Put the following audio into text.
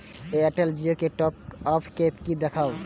Airtel Jio के top up के देख सकब?